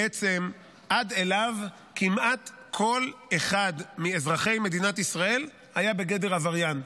בעצם עד אליו כמעט כל אחד מאזרחי מדינת ישראל היה בגדר עבריין.